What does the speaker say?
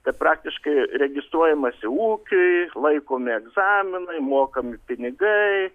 kad praktiškai registruojamasi ūkiui laikomi egzaminai mokami pinigai